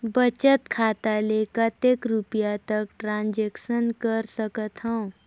बचत खाता ले कतेक रुपिया तक ट्रांजेक्शन कर सकथव?